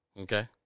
okay